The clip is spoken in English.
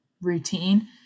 routine